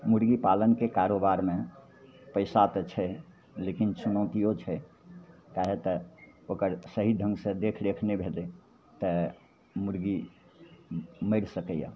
मुरगीपालनके कारोबारमे पइसा तऽ छै लेकिन चुनौतिओ छै काहे तऽ ओकर सही ढङ्गसे देखरेख नहि भेलै तऽ मुरगी मरि सकैए